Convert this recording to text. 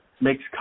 makes